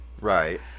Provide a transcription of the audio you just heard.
Right